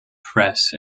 press